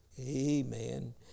Amen